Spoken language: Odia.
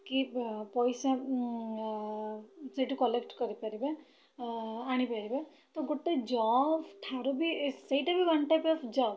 କି ପଇସା ସେଇଠୁ କଲେକ୍ଟ୍ କରିପାରିବା ଆଣିପାରିବା ତ ଗୋଟେ ଜବ୍ଠାରୁ ବି ସେଇଟା ବି ୱାନ୍ ଟାଇପ୍ ଅଫ୍ ଜବ୍